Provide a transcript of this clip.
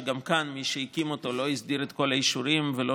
גם כאן מי שהקים אותו לא הסדיר את כל האישורים ולא